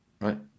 right